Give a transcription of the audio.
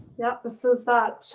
yeah this is that